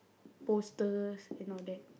posters and all that